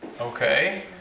okay